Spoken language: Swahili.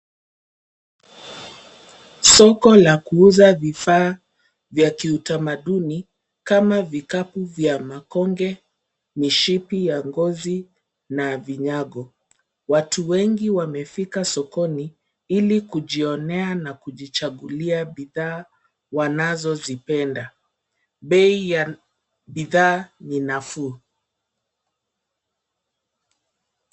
Soko la kuuza vifaa vya kiutamaduni kama vikapu vya makonge, mishipi ya ngozi na vinyago. Watu wengi wamefika sokoni, ili kujionea na kujichagulia bidhaa wanazozipenda. Bei ya bidhaa ni nafuu.